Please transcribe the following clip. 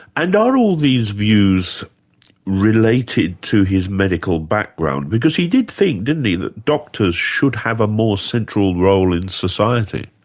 and are all these views related to his medical background? because he did think, didn't he, that doctors should have a more central role in society?